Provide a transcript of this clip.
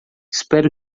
espero